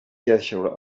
gesture